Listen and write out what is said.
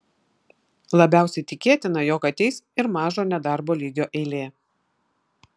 labiausiai tikėtina jog ateis ir mažo nedarbo lygio eilė